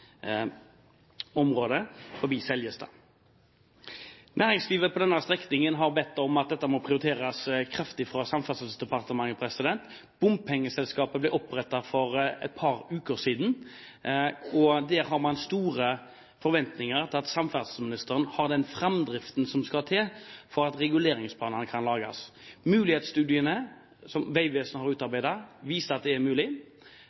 forbi Seljestad. Næringslivet på denne strekningen har bedt om at dette må prioriteres kraftig fra Samferdselsdepartementet. Bompengeselskapet ble opprettet for et par uker siden, og der har man store forventninger til at samferdselsministeren har den framdriften som skal til for at reguleringsplanene kan lages. Mulighetsstudiene som Vegvesenet har utarbeidet, viser at det er mulig.